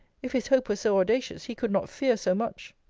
if his hope were so audacious, he could not fear so much.